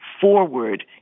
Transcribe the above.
forward